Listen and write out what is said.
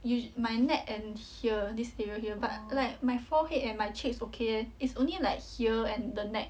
u~ my neck and here this area here but like my forehead and my cheeks okay eh it's only like here and the neck